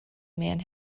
man